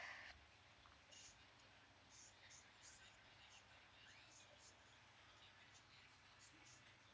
mm